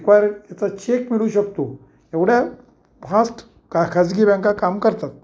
रिक्वायरचा cheque मिळू शकतो एवढ्या फास्ट का खाजगी बँका काम करतात